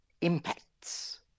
impacts